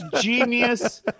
genius